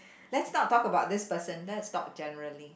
let's not talk about this person let's talk generally